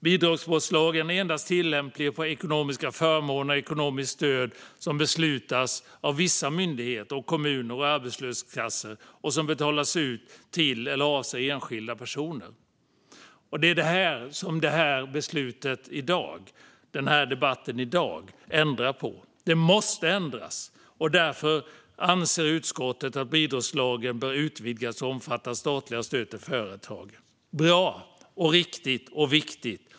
Bidragsbrottslagen är endast tillämplig på ekonomiska förmåner och ekonomiska stöd som beslutas av vissa myndigheter, kommuner och arbetslöshetskassor och som betalas ut till eller avser enskilda personer. Det är detta som beslutet och den här debatten i dag ändrar på. Det måste ändras. Därför anser utskottet att bidragsbrottslagen bör utvidgas till att omfatta statliga stöd till företag. Det är bra, riktigt och viktigt.